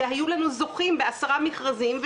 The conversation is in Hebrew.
שהיו לנו זוכים בעשרה מכרזים,